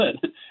good